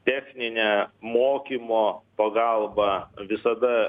techninę mokymo pagalbą visada